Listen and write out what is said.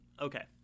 Okay